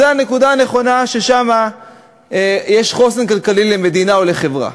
זו הנקודה הנכונה ששם יש חוסן כלכלי למדינה או לחברה.